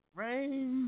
rain